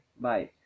bye